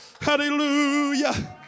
Hallelujah